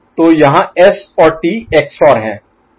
तो यहाँ S और T XOR हैं